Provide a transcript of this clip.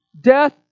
death